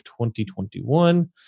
2021